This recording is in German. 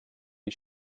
die